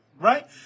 Right